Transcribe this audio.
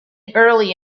early